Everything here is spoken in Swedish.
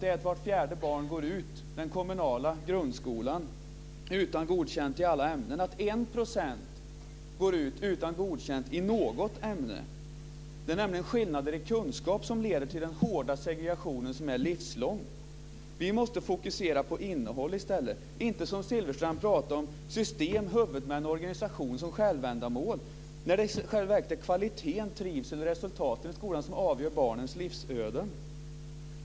Det är att vart fjärde barn går ut den kommunala grundskolan utan godkänt i alla ämnen och att 1 % går ut utan godkänt i något ämne. Det är nämligen skillnader i kunskap som leder till den hårda segregationen, som är livslång. Vi måste fokusera på innehåll i stället för att som Silfverstrand prata om system, huvudmän och organisation som självändamål när det i själva verket är kvalitet, trivsel och resultat i skolan som avgör barnens livsöden.